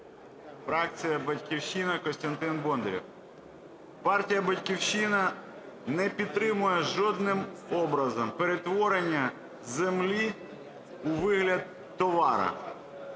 Фракція "Батьківщина", Костянтин Бондарєв. Партія "Батьківщина" не підтримує жодним образом перетворення землі у вигляд товару.